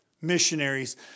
missionaries